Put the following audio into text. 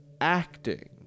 Acting